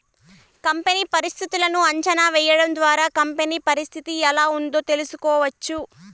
company పరిస్థితులను అంచనా వేయడం ద్వారా కంపెనీ పరిస్థితి ఎలా ఉందో తెలుసుకోవచ్చు